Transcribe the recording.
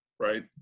Right